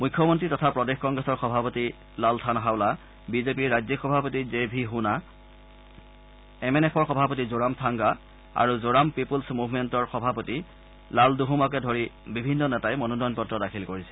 মুখ্যমন্ত্ৰী তথা প্ৰদেশ কংগ্ৰেছৰ সভাপতি লাল থানহাওলা বিজেপিৰ ৰাজ্যিক সভাপতি J V Chhana M N এফৰ সভাপতি জোৰামথাংগা আৰু জোৰাম পিপুল্ছ মুভমেণ্টৰ সভাপতি লালদুহোমাকে ধৰি বিভিন্ন নেতাই মনোনয়ন পত্ৰ দাখিল কৰিছে